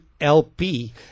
LP